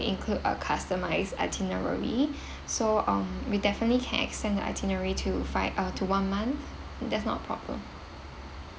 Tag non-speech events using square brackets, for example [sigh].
include a customized itinerary [breath] so um we definitely can extend the itinerary to fi~ uh to one month that's not a problem